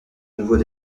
nouveaux